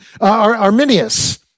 Arminius